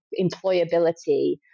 employability